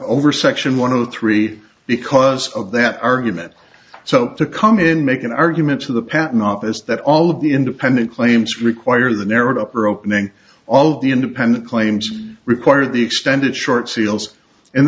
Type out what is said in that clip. over section one hundred three because of that argument so to come in make an argument to the patent office that all of the independent claims require the narrowed upper opening all of the independent claims require the extended short seals and